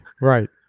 Right